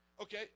Okay